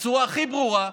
בצורה הכי ברורה,